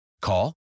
Call